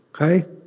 Okay